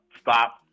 stop